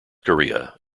korea